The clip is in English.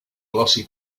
glossy